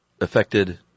affected